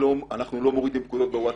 אנחנו לא מורידים פקודות בווטסאפ.